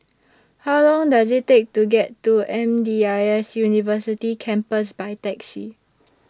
How Long Does IT Take to get to M D I S University Campus By Taxi